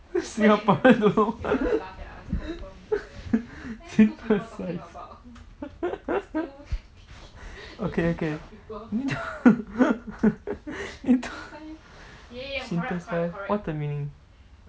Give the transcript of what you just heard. singaporeans don't know synthesise okay okay synthesise what's the meaning